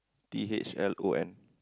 T H L O N